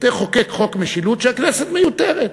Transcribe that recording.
תחוקק חוק משילות שהכנסת מיותרת.